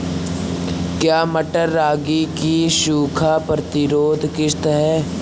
क्या मटर रागी की सूखा प्रतिरोध किश्त है?